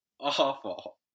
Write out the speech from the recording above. awful